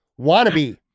Wannabe